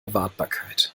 wartbarkeit